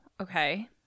okay